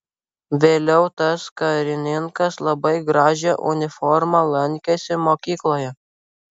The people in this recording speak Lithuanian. vėliau tas karininkas labai gražia uniforma lankėsi mokykloje